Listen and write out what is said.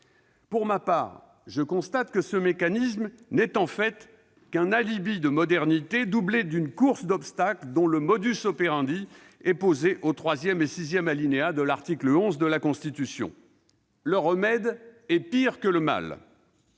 Pour ma part, je constate que ce mécanisme n'est en fait qu'un « alibi de modernité » doublé d'une « course d'obstacles » dont le est décrit aux troisième et sixième alinéas de l'article 11 de la Constitution. Le remède est pire que le mal